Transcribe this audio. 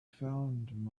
found